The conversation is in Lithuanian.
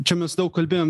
čia mes daug kalbėjom